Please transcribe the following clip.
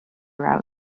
route